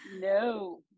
No